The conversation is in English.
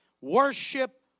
worship